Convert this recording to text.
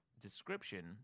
description